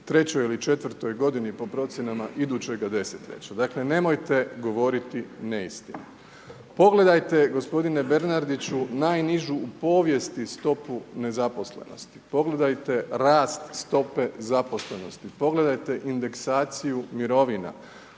trećoj ili četvrtoj godini po procjenama idućega desetljeća. Dakle nemojte govoriti neistine. Pogledajte gospodine Bernardiću najnižu u povijesti stopu nezaposlenosti, pogledajte rast stope zaposlenosti, pogledajte indeksaciju mirovina